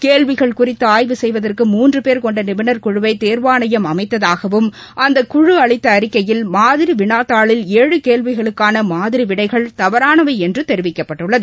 கேள்விகள் குறித்து ஆய்வு செய்வதற்கு மூன்று பேர் கொண்ட நிபுணர் குழுவை தேர்வாணையம் அமைத்தாகவும் அந்த குழு அளித்த அறிக்கையில் மாதிரி வினாத்தாளில் ஏழு கேள்விகளுக்கான மாதிரி விடைகள் தவறானவை என்று தெரிவிக்கப்பட்டுள்ளது